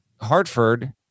Hartford